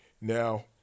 Now